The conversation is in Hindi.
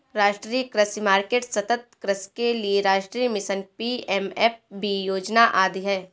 राष्ट्रीय कृषि मार्केट, सतत् कृषि के लिए राष्ट्रीय मिशन, पी.एम.एफ.बी योजना आदि है